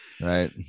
Right